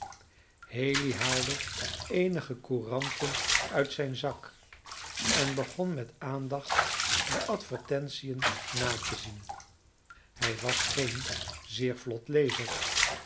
haley haalde eenige couranten uit zijn zak en begon met aandacht de advertentiën na te zien hij was geen zeer vlot lezer